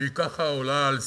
שהיא ככה עולה על שרטון,